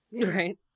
Right